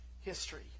history